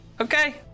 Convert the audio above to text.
Okay